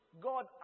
God